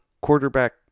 quarterback